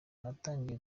natangiye